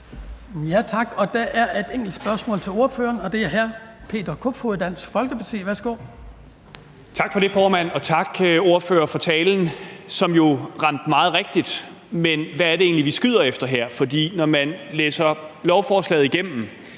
Tak. Der er et spørgsmål til ordføreren, og det er fra hr. Peter Kofod, Dansk Folkeparti. Værsgo. Kl. 14:56 Peter Kofod (DF): Tak for det, formand. Og tak til ordføreren for talen, som jo ramte meget rigtigt. Men hvad er det egentlig, vi skyder efter her? For når man læser lovforslaget igennem,